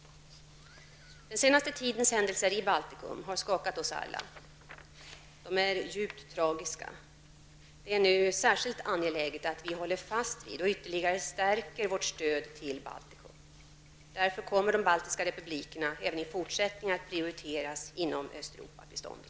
Den senaste tidens händelser i Baltikum har skakat oss alla. De är djupt tragiska. Det är nu särskilt angeläget att vi håller fast vid och ytterligare stärker vårt stöd till Baltikum. Därför kommer de baltiska republikerna även i fortsättningen att prioriteras inom Östeuropabiståndet.